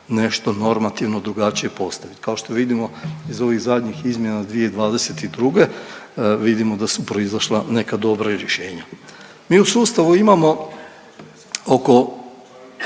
nešto normativno drugačije postaviti. Kao što vidimo, iz ovih zadnjih izmjena 2022. vidimo da su proizašla neka dobra rješenja. Mi u sustavu imamo oko,